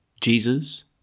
Jesus